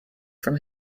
from